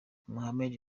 muhammed